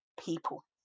people